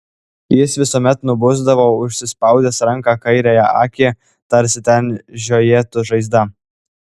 jis visuomet nubusdavo užsispaudęs ranka kairiąją akį tarsi ten žiojėtų žaizda